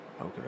Okay